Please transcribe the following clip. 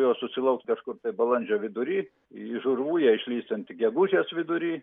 jos susilauks kažkur tai balandžio vidury iš urvų jie išlįs ten tik gegužės vidury